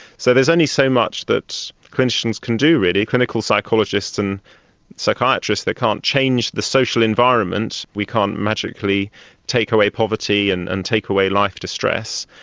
so there's only so much that clinicians can do really. clinical psychologists and psychiatrists, they can't change the social environment, we can't magically take away poverty and and take away life distress.